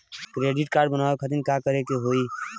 Credit card बनवावे खातिर का करे के होई?